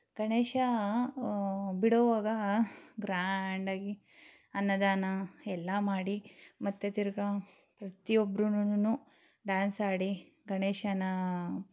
ಗಣೇಶ ಬಿಡುವಾಗ ಗ್ರ್ಯಾಂಡಾಗಿ ಅನ್ನದಾನ ಎಲ್ಲ ಮಾಡಿ ಮತ್ತೆ ತಿರ್ಗಿ ಪ್ರತಿಯೊಬ್ರುನುನು ಡ್ಯಾನ್ಸ್ ಆಡಿ ಗಣೇಶನ್ನ